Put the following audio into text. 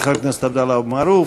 תודה לחבר הכנסת עבדאללה אבו מערוף.